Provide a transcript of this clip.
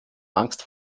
angst